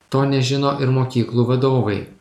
to nežino ir mokyklų vadovai